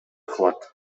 кылат